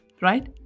right